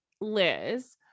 Liz